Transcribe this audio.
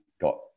got